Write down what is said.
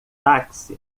táxi